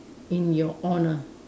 in your honour